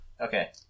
Okay